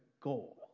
goal